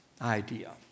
idea